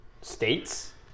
states